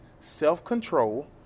self-control